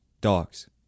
dogs